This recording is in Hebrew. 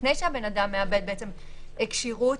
לפני שהאדם מאבד כשירות,